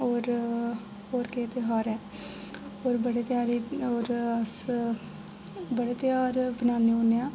होर होर केह् त्यौहार ऐ होर बड़े त्यौहार होर अस बड़े त्यौहार बनाने होने आं